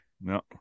No